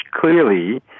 clearly